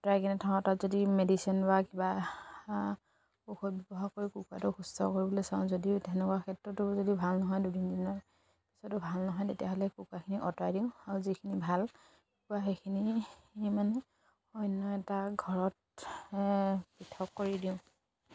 আঁতৰাই কিনে থওঁ তাত যদি মেডিচিন বা কিবা ঔষধ ব্যৱহাৰ কৰি কুকুৰাটো সুস্থ কৰিবলৈ চাওঁ যদিও তেনেকুৱা ক্ষেত্ৰতো যদি ভাল নহয় দুদিন দিনৰ পিছতো ভাল নহয় তেতিয়াহ'লে কুকুৰাখিনি আঁতৰাই দিওঁ আৰু যিখিনি ভাল কুকুৰা সেইখিনি মানে অন্য এটা ঘৰত পৃথক কৰি দিওঁ